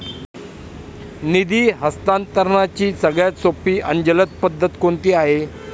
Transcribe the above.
निधी हस्तांतरणाची सगळ्यात सोपी आणि जलद पद्धत कोणती आहे?